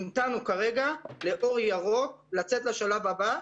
המתנו כרגע לאור ירוק לצאת לשלב הבא,